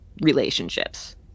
relationships